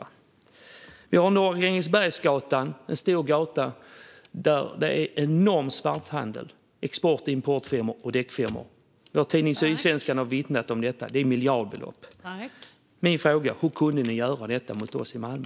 Vi har Norra Grängesbergsgatan, där det sker enormt mycket svarthandel på export-, import och däckfirmor. Tidningen Sydsvenskan har vittnat om detta, och det rör sig om miljardbelopp. Min fråga är: Hur kunde ni göra detta mot oss i Malmö?